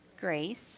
grace